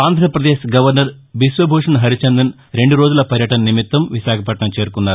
Andhra Pradesh governor Biswabhusan Harichandan రెండు రోజుల పర్యటన నిమిత్తం విశాఖపట్లణం చేరుకున్నారు